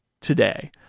today